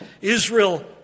Israel